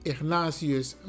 Ignatius